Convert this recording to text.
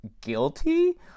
guilty